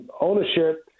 ownership